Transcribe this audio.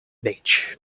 beach